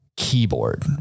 keyboard